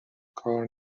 کار